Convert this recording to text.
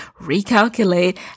recalculate